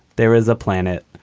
there is a planet.